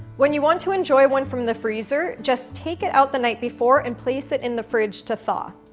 when you want to enjoy one from the freezer, just take it out the night before and place it in the fridge to thaw.